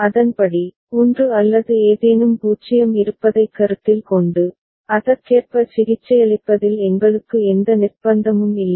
அதன்படி 1 அல்லது ஏதேனும் 0 இருப்பதைக் கருத்தில் கொண்டு அதற்கேற்ப சிகிச்சையளிப்பதில் எங்களுக்கு எந்த நிர்ப்பந்தமும் இல்லை